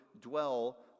dwell